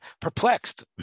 perplexed